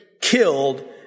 killed